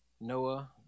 Noah